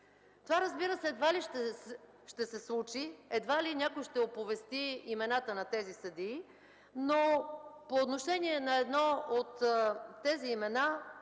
Това, разбира се, едва ли ще се случи – едва ли някой ще оповести имената на тези съдии. Но по отношение на едно от тези имена